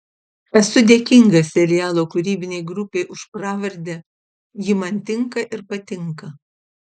esu dėkingas serialo kūrybinei grupei už pravardę ji man tinka ir patinka